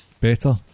better